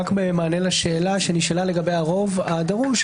במענה לשאלה לגבי הרוב הדרוש,